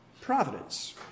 providence